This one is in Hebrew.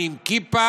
אני עם כיפה,